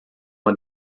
uma